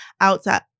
outside